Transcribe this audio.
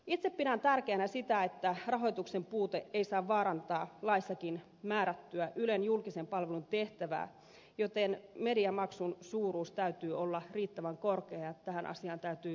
itse pidän tärkeänä sitä että rahoituksen puute ei saa vaarantaa laissakin määrättyä ylen julkisen palvelun tehtävää joten mediamaksun suuruuden täytyy olla riittävän korkea ja tähän asiaan täytyy ratkaisun löytyä